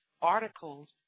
articles